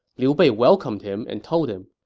liu bei welcomed him and told him,